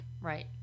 right